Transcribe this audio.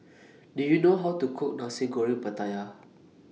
Do YOU know How to Cook Nasi Goreng Pattaya